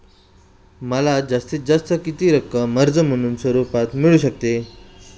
मला जास्तीत जास्त किती रक्कम कर्ज स्वरूपात मिळू शकते?